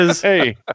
Hey